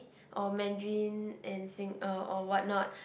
or Mandarin and and sing~ uh or what not